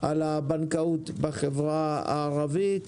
על הבנקאות בחברה הערבית